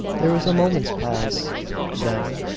there was a moment's pause then,